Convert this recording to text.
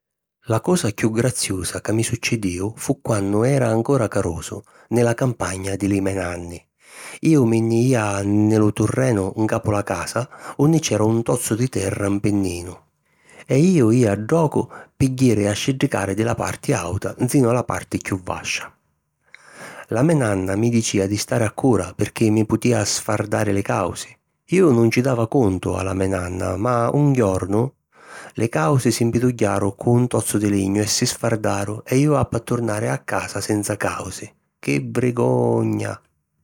La cosa chiù graziusa ca mi succidìu fu quannu era ancora carusu, nni la campagna di li me' nanni. Iu mi nni jìa nni lu terrenu ncapu la casa unni c’era un tozzu di terra 'n pinninu e iu jìa ddocu pi jiri a sciddicari di la parti àuta nsinu a la parti chiù vascia. La me nanna mi dicìa di stari accura pirchì mi putìa sfardari li càusi. Iu nun ci dava cuntu a la me nanna ma un jornu, li càusi si mpidugghiaru cu un tozzu di lignu e si sfardaru e iu appi a turnari a la casa senza càusi. Chi vrigogna!